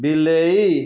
ବିଲେଇ